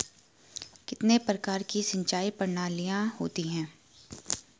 कितने प्रकार की सिंचाई प्रणालियों होती हैं?